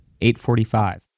845